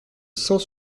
cent